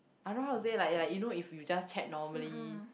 I don't know how to say like like you know if you just chat normally